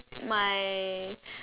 my